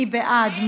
מי בעד?